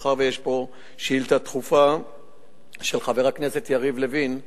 מאחר שיש בנושא שאילתא דחופה של חבר הכנסת יריב לוין,